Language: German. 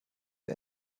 sie